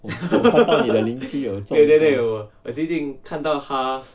我看到你的邻居有种